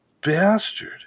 bastard